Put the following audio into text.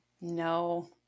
no